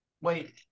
Wait